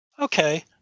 Okay